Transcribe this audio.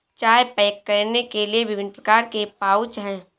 चाय पैक करने के लिए विभिन्न प्रकार के पाउच हैं